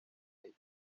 ellos